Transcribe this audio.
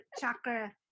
chakra